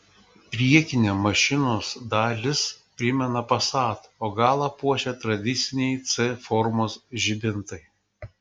priekinė mašinos dalis primena passat o galą puošia tradiciniai c formos žibintai